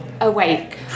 awake